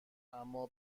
اما